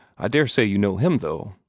i daresay you know him, though.